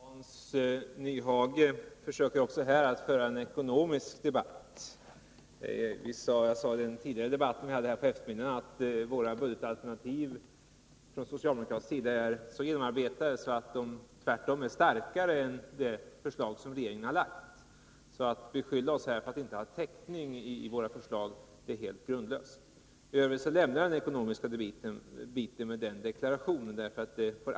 Herr talman! Hans Nyhage försöker också här föra en ekonomisk debatt. Jag sade i den debatt vi hade på eftermiddagen att vårt socialdemokratiska budgetalternativ är så genomarbetat att det är starkare än det förslag som regeringen har lagt fram. Att beskylla oss för att inte ha täckning för våra förslag är alltså helt grundlöst. I övrigt lämnar jag den ekonomiska biten med den deklarationen.